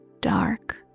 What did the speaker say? dark